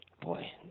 boy